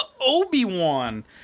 Obi-Wan